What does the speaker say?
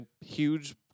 huge